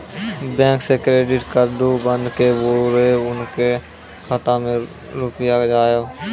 Bank से credit कद्दू बन के बुरे उनके खाता मे रुपिया जाएब?